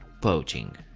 poaching.